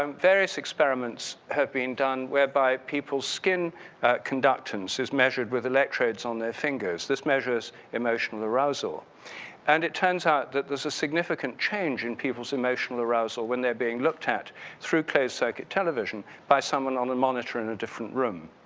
um various experiments have been done whereby people skin conductance is measured with electrodes on their fingers. this measures emotional arousal and it turns out that there's a significant change in people's emotional arousal when they're being looked at through close circuit television by someone on the monitor in a different room.